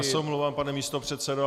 Já se omlouvám, pane místopředsedo.